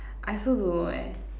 I also don't know leh